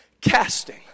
Casting